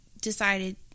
decided